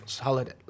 holiday